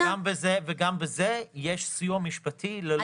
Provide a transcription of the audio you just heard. --- גם בזה וגם בזה יש סיוע משפטי ללא מבחן הכנסה.